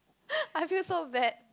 I feel so bad